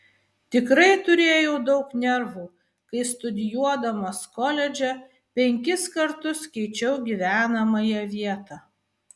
tikrai turėjau daug nervų kai studijuodamas koledže penkis kartus keičiau gyvenamąją vietą